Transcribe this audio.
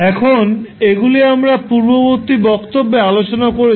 এখন এগুলি আমরা পূর্ববর্তী বক্তব্যে আলোচনা করেছি